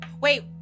Wait